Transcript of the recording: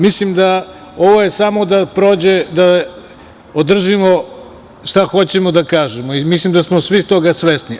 Mislim da je ovo samo da održimo šta hoćemo da kažemo, i mislim da smo svi toga svesni.